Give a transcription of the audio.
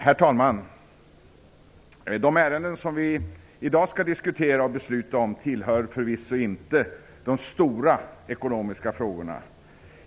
Herr talman! De ärenden som vi skall diskutera och besluta om i dag tillhör förvisso inte de stora ekonomiska frågorna.